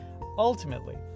ultimately